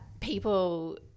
people